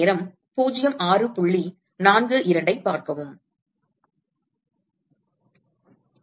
அவ்வாறு இருந்திருக்கலாம்